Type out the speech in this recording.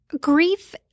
grief